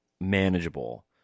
manageable